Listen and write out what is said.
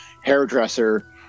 hairdresser